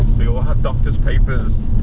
we all have doctor's papers